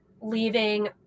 leaving